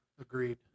agreed